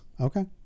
Okay